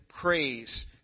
praise